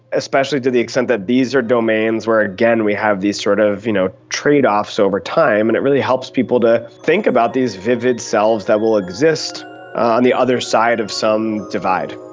especially to the extent that these are domains where again we have these sort of you know trade-offs over time and it really helps people to think about these vivid selves that will exist on the other side of some divide.